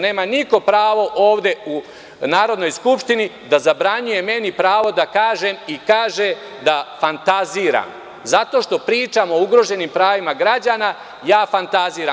Nema niko pravo ovde u Narodnoj skupštini da zabranjuje meni pravo da kažem i kaže da fantaziram, zato što pričam o ugroženim pravima građana, ja fantaziram.